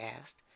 asked